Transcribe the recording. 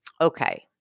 Okay